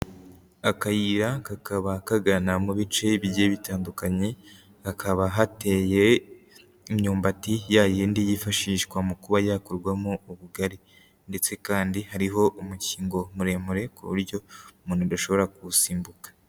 Akayira kakaba kagana mu bice bigiye bitandukanye, hakaba hateye imyumbati, yayindi yifashishwa mu kuba yakurwamo ubugari. Ndetse kandi hariho umukingo muremure, ku buryo umuntu adashobora kuwusimbuka.